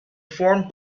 formed